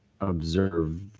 observe